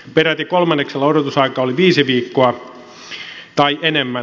peräti kolmanneksella odotusaika oli viisi viikkoa tai enemmän